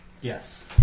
Yes